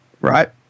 right